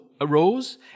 arose